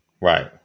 Right